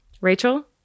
rachel